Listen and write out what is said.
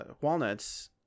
walnuts –